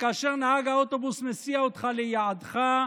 וכאשר נהג האוטובוס מסיע אותך ליעדך,